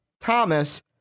Thomas